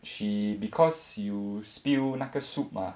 she because you spill 那个 soup ah